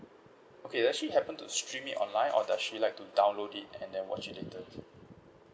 okay does she happen to stream it online or does she like to download it and then watch it later